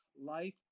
life